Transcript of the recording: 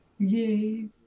Yay